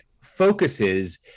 focuses